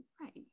right